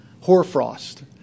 hoarfrost